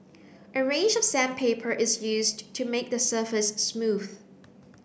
a range of sandpaper is used to make the surface smooth